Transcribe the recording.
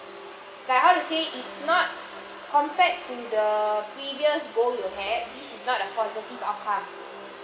like how to say it's not compared to the previous goal you had this is not the positive outcome